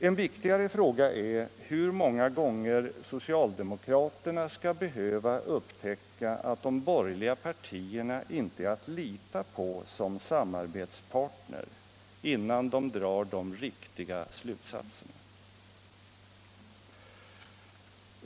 En viktigare fråga är hur många gånger socialdemokraterna skall behöva upptäcka att de borgerliga partierna inte är att lita på som samarbetspartner innan de drar de riktiga slutsatserna.